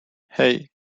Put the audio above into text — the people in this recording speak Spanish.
hey